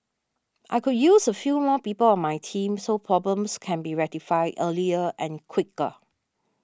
I could use a few more people on my team so problems can be rectified earlier and quicker